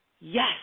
yes